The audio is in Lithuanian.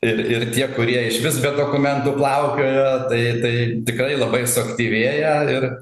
ir ir tie kurie išvis be dokumentų plaukiojo tai tai tikrai labai suaktyvėja ir